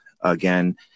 again